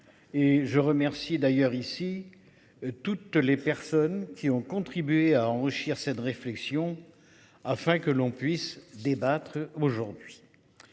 je remercie d'ailleurs ici. Toutes les personnes qui ont contribué à enrichir cette réflexion afin que l'on puisse débattre aujourd'hui.